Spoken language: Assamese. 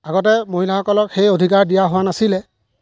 আগতে মহিলাসকলক সেই অধিকাৰ দিয়া হোৱা নাছিলে